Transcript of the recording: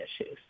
issues